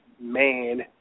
man